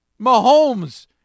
Mahomes